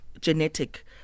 genetic